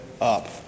up